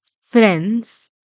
Friends